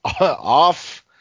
off